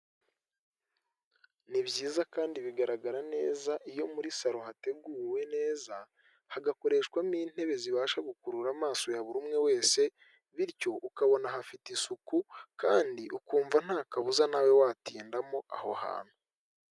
Nibyiza kandi bigaragara neza iyo muri salon hateguwe neza hagakoreshwamo intebe zibasha gukurura amaso ya buri umwe wese bityo ukabona hafite isuku, kandi ukumva nta kabuza nawe watindamo aho hantu.